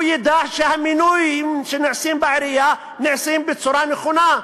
הוא ידע שהמינויים שנעשים בעירייה נעשים בצורה נכונה,